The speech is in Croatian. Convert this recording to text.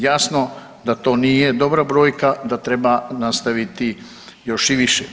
Jasno da to nije dobra brojka, da treba nastaviti još i više.